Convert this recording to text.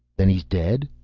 then he's dead!